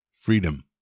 freedom